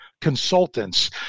consultants